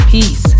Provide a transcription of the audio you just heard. Peace